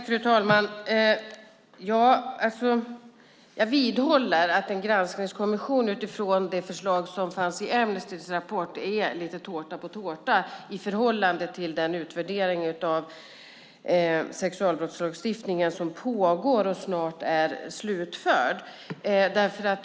Fru talman! Jag vidhåller att en granskningskommission utifrån det förslag som fanns i Amnestys rapport är lite tårta på tårta i förhållande till den utvärdering av sexualbrottslagstiftningen som pågår och som snart är slutförd.